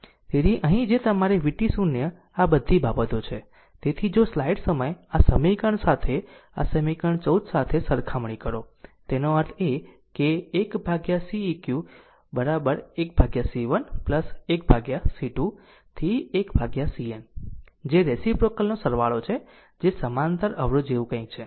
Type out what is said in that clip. તેથી અહીં જે તમારી vt0 આ બધી બાબતો છે તેથી જો સ્લાઈડ સમય આ સમીકરણ સાથે આ સમીકરણ 14 સાથે સરખામણી કરો તેનો અર્થ એ કે 1Ceq 1C1 1C2 up to 1CN જે રેસીપ્રોકલ નો સરવાળો છે તે સમાંતર અવરોધ જેવું કંઈક છે